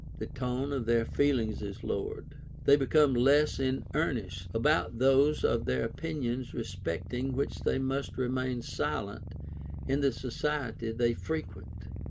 the tone of their feelings is lowered they become less in earnest about those of their opinions respecting which they must remain silent in the society they frequent